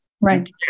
Right